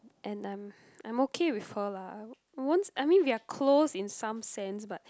and I'm I'm okay with her lah I won't I mean we're close in some sense but